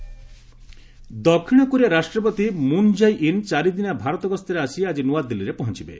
Korean ପ୍ରେକ୍ visit ଦକ୍ଷିଣ Korea ରାଷ୍ଟ୍ରପତି ମୁନ୍ ଜାଇ ଇନ୍ ଚାରିଦିନିଆ ଭାରତ ଗସ୍ତରେ ଆସି ଆଜି ନୂଆଦିଲ୍ଲୀରେ ପହଞ୍ଚବେ